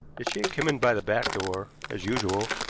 that she had come in by the back door, as usual,